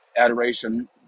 adoration